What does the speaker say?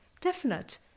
definite